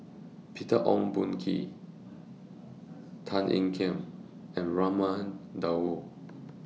Peter Ong Boon Kwee Tan Ean Kiam and Raman Daud